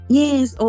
yes